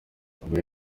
ubwo